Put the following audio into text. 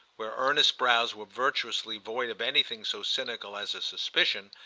where earnest brows were virtuously void of anything so cynical as a suspicion,